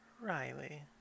Riley